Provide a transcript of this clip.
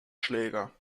schläger